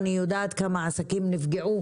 אני יודעת כמה העסקים נפגעו,